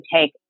take